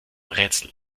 rätsel